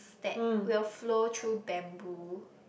that will flow through bamboo